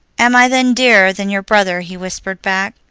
am i then dearer than your brother? he whispered back.